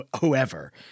whoever